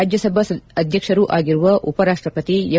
ರಾಜ್ಲಸಭಾ ಅಧ್ಯಕ್ಷರು ಆಗಿರುವ ಉಪರಾಷ್ಟಪತಿ ಎಂ